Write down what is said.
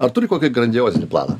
ar turi kokį grandiozinį planą